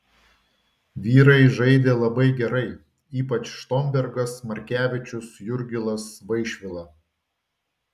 vyrai žaidė labai gerai ypač štombergas markevičius jurgilas vaišvila